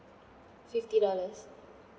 fifty dollars